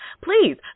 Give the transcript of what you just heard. Please